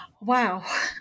Wow